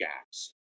gaps